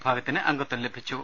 വിഭാഗത്തിന് അംഗത്വം ലഭിച്ചു